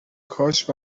کاشت